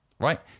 right